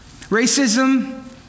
Racism